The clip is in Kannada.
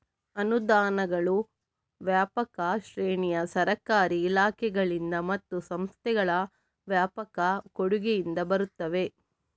ಅನುದಾನಗಳು ವ್ಯಾಪಕ ಶ್ರೇಣಿಯ ಸರ್ಕಾರಿ ಇಲಾಖೆಗಳಿಂದ ಮತ್ತು ಸಂಸ್ಥೆಗಳ ವ್ಯಾಪಕ ಕೊಡುಗೆಯಿಂದ ಬರುತ್ತವೆ